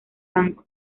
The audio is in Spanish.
banco